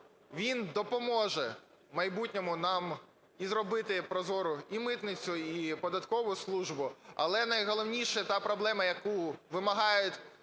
він допоможе в майбутньому нам зробити прозору і митницю, і податкову службу. Але, найголовніше, та проблема, яку вимагають